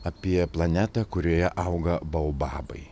apie planetą kurioje auga baobabai